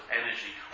energy